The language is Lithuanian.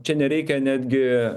čia nereikia netgi